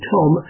Tom